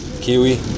Kiwi